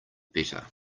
better